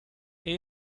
vía